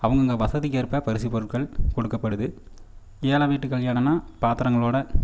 அவங்கவுங்க வசதிக்கேற்ப பரிசு பொருட்கள் கொடுக்கப்படுது ஏழை வீட்டு கல்யாணம்னால் பாத்திரங்களோட